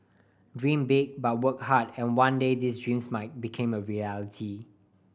dream big but work hard and one day these dreams might became a reality